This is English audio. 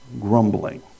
grumbling